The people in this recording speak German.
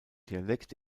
dialekt